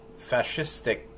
fascistic